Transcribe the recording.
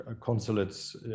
consulates